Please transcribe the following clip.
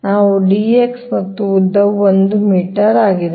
ನಾವು dx ಮತ್ತು ಉದ್ದವು 1 ಮೀಟರ್ ಆಗಿದೆ